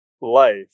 life